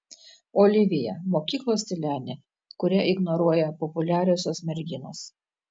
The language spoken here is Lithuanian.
olivija mokyklos tylenė kurią ignoruoja populiariosios merginos